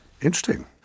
Interesting